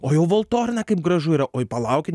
o jau valtorna kaip gražu yra oi palaukit